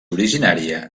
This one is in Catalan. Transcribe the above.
originària